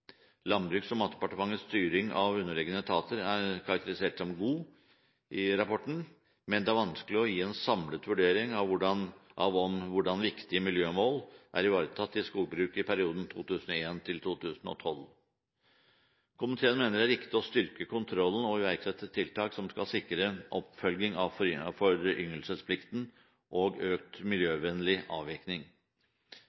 Landbruks- og matdepartementets styring av underliggende etater er god, men det er vanskelig å gi en samlet vurdering av hvordan viktige miljømål er ivaretatt i skogbruket i perioden 2001–2012.» Komiteen mener det er riktig å styrke kontrollen og iverksette tiltak som skal sikre oppfølging av foryngelsesplikten og økt